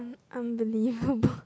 unbelievable